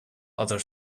other